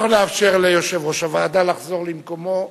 אנחנו נאפשר ליושב-ראש הוועדה לחזור למקומו.